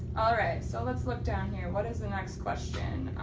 alright, so lets look down here, what is the next question.